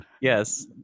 Yes